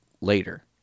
later